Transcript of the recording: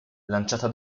lanciata